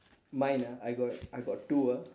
mine ah I got I got two ah